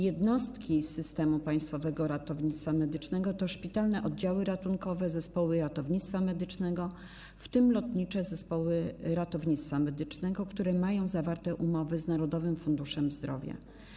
Jednostki systemu Państwowego Ratownictwa Medycznego to szpitalne oddziały ratunkowe, zespoły ratownictwa medycznego, w tym lotnicze zespoły ratownictwa medycznego, które mają zawarte umowy z Narodowym Funduszem Zdrowia.